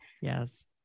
yes